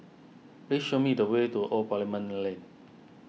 please show me the way to Old Parliament Lane